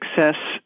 success